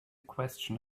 question